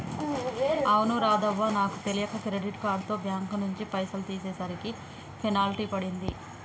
అవును రాధవ్వ నాకు తెలియక క్రెడిట్ కార్డుతో బ్యాంకు నుంచి పైసలు తీసేసరికి పెనాల్టీ పడింది